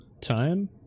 time